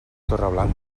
torreblanca